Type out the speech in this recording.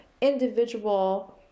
individual